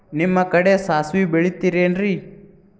ನಿಮ್ಮ ಕಡೆ ಸಾಸ್ವಿ ಬೆಳಿತಿರೆನ್ರಿ?